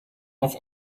noch